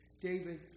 David